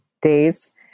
days